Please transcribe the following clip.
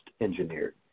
engineered